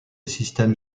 système